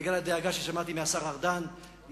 בגלל הדאגה ששמעתי מהשר ארדן,